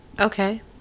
Okay